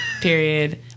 period